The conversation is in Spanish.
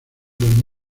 buen